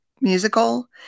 musical